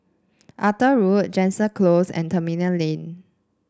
Arthur Road Jansen Close and Tembeling Lane